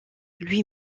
lui